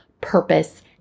purpose